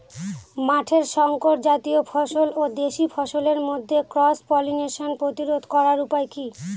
মাঠের শংকর জাতীয় ফসল ও দেশি ফসলের মধ্যে ক্রস পলিনেশন প্রতিরোধ করার উপায় কি?